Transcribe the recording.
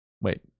wait